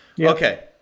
Okay